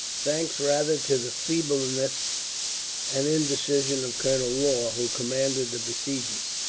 thanks rather to the feebleness and indecision of colonel law, who commanded the besiegers,